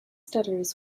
stutters